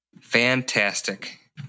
Fantastic